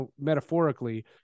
metaphorically